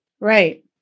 Right